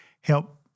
help